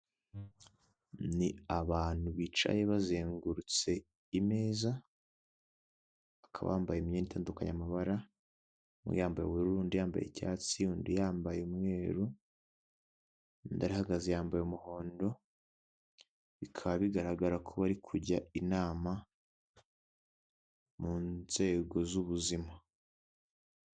Ni abantu bicaye bazengurutse imeza bakaba bambaye imyenda itandukanye y'amabara umwe yambaye ubururundi, undi yambaye icyatsi undi yambaye umweru undi uhagaze yambaye umuhondo bikaba bigaragara ko bari kujya inama mu nzego z'ubuzima.